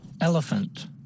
Elephant